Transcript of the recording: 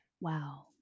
Wow